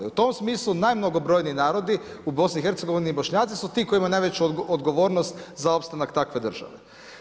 I u tom smislu najmnogobrojniji narodi u BIH Bošnjaci su ti koji imaju najveću odgovornost za opstanak takve države.